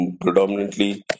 predominantly